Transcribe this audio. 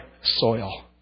soil